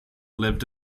lived